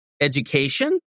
education